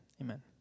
Amen